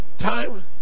time